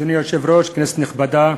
אדוני היושב-ראש, כנסת נכבדה,